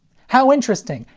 how interesting.